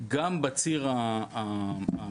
גם בציר המקצועי.